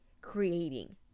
creating